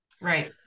right